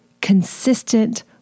consistent